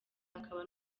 akaba